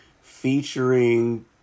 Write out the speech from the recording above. featuring